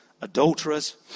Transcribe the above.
adulterers